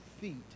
feet